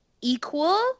equal